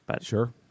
Sure